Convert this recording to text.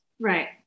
Right